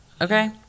Okay